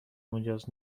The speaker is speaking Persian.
مجاز